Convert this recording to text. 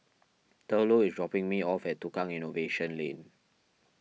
Thurlow is dropping me off at Tukang Innovation Lane